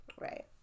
Right